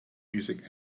music